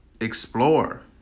explore